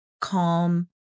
calm